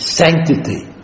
sanctity